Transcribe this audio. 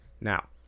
Now